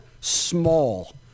small